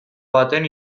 baten